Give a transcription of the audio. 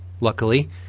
luckily